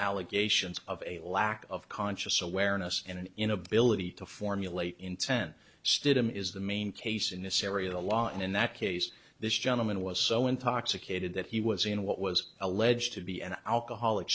allegations of a lack of conscious awareness and an inability to formulate intent stidham is the main case in this area of the law in that case this gentleman was so intoxicated that he was in what was alleged to be an alcoholic